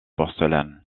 porcelaine